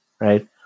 right